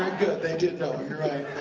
good, they did know, you're right.